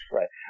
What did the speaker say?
Right